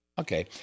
Okay